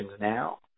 now